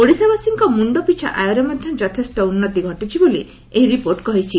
ଓଡ଼ିଶାବାସୀଙ୍କ ମୁଣ୍ଡପିଛା ଆୟରେ ମଧ୍ଧ ଯଥେଷ୍ ଉନ୍ଦତି ଘଟିଛି ବୋଲି ଏହି ରିପୋର୍ଟ କହିଛି